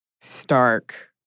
stark